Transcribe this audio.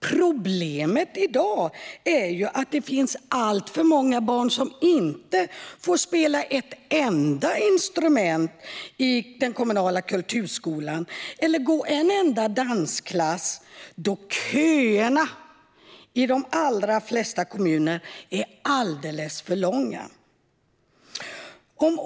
Problemet i dag är att det finns alltför många barn som inte får spela ett enda instrument i den kommunala kulturskolan eller gå en enda dansklass, då köerna i de allra flesta kommuner är alldeles för långa.